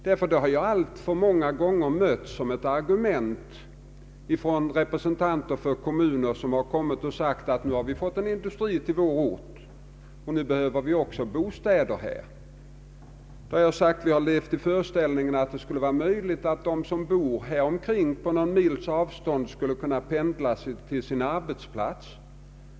Jag har nämligen alltför många gånger som ett argument av representanter för kommuner hört, att nu har vi fått en industri till vår ort, och nu behöver vi också bostäder här. Då har jag sagt, att jag har levt i föreställningen att de som bor på någon mils avstånd från orten skulle kunna pendla till och från sin arbetsplats.